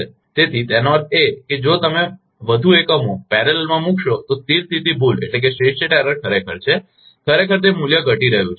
તેથી તેનો અર્થ એ કે જો તમે વધુ એકમો સમાંતર મૂકશો તો સ્થિર સ્થિતી ભૂલ ખરેખર છે ખરેખર તે મૂલ્ય ઘટી રહ્યું છે